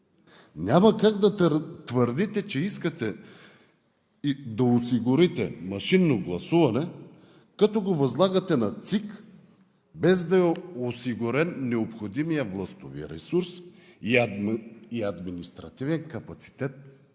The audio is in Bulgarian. Няма как да твърдите, че искате да осигурите машинно гласуване, като го възлагате на ЦИК, без да е осигурен необходимият властови ресурс и административен капацитет